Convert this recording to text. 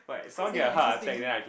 how is that not interesting